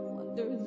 Wonder